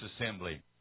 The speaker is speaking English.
assembly